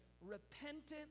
repentant